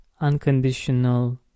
unconditional